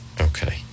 Okay